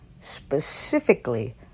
specifically